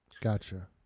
Gotcha